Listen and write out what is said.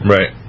Right